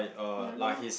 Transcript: yellow